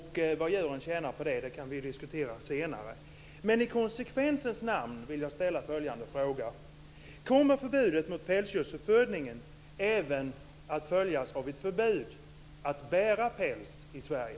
Vad djuren tjänar på det kan vi diskutera senare.